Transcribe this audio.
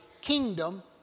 kingdom